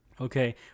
okay